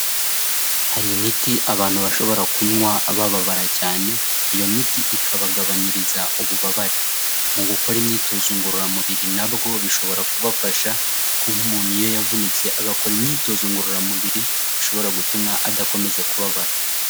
Hari imiti abantu bashobora kunywa bababara cyane, iyo miti ikabagabanyiriza ububabare. Mu gukora imyitozo ngororamubiri na bwo bishobora kubafasha kuko nk'umuntu iyo yavunitse, agakora imyitozo ngororamubiri, bishobora gutuma adakomeza kubabara.